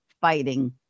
fighting